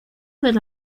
del